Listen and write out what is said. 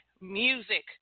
music